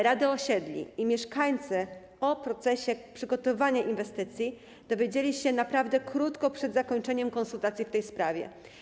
Rady osiedli i mieszkańcy o procesie przygotowania inwestycji dowiedzieli się naprawdę krótko przed zakończeniem konsultacji w tej sprawie.